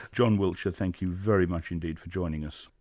john wiltshire, thank you very much indeed for joining us.